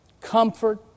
comfort